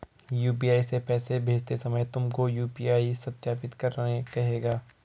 UPI से पैसे भेजते समय तुमको यू.पी.आई सत्यापित करने कहेगा